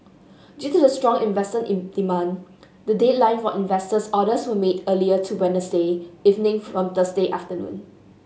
due to the strong investor in demand the deadline for investor orders were made earlier to Wednesday evening from Thursday afternoon